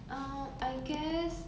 um I guess